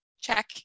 check